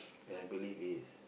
ya I believe it is